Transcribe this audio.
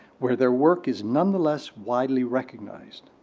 where their work is nonetheless widely recognized,